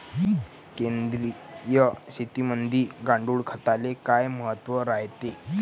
सेंद्रिय शेतीमंदी गांडूळखताले काय महत्त्व रायते?